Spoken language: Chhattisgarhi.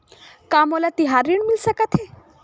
का मोला तिहार ऋण मिल सकथे?